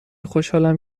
خوشحالم